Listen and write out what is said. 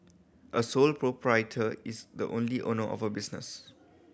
a sole proprietor is the only owner of a business